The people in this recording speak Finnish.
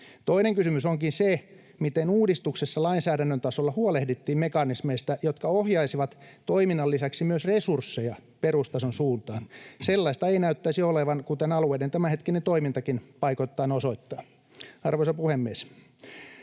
Toinen kysymys onkin se, miten uudistuksessa lainsäädännön tasolla huolehdittiin mekanismeista, jotka ohjaisivat toiminnan lisäksi resursseja perustason suuntaan. Sellaista ei näyttäisi olevan, kuten alueiden tämänhetkinen toimintakin paikoittain osoittaa. Arvoisa puhemies!